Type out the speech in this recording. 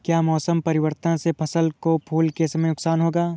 क्या मौसम परिवर्तन से फसल को फूल के समय नुकसान होगा?